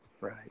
right